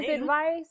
advice